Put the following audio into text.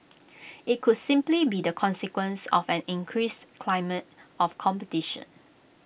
IT could simply be the consequence of an increased climate of competition